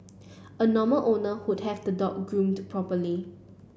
a normal owner would have the dog groomed properly